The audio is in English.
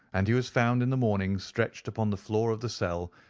and he was found in the morning stretched upon the floor of the cell,